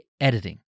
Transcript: editing